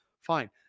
Fine